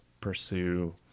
pursue